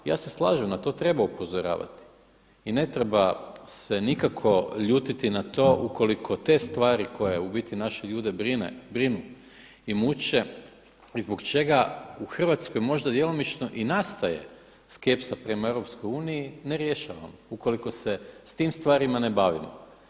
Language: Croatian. Ja se slažem, na to treba upozoravati i ne treba se nikako ljutiti na to ukoliko te stvari koje u biti naše ljude brinu i muče i zbog čega u Hrvatskoj možda djelomično i nastaje skepsa prema EU ne rješavamo ukoliko se sa tim stvarima ne bavimo.